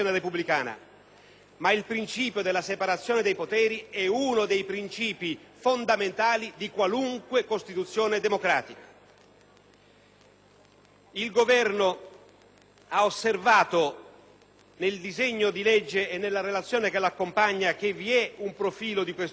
il principio della separazione dei poteri è uno dei principi fondamentali di qualunque Costituzione democratica. Il Governo ha osservato, nel disegno di legge e nella relazione che lo accompagna, che vi è un profilo di questo tipo